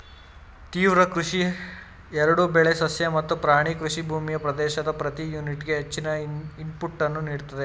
ತೀವ್ರ ಕೃಷಿ ಎರಡೂ ಬೆಳೆ ಸಸ್ಯ ಮತ್ತು ಪ್ರಾಣಿ ಕೃಷಿ ಭೂಮಿಯ ಪ್ರದೇಶದ ಪ್ರತಿ ಯೂನಿಟ್ಗೆ ಹೆಚ್ಚಿನ ಇನ್ಪುಟನ್ನು ನೀಡ್ತದೆ